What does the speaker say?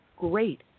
great